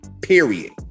period